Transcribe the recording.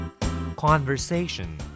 Conversation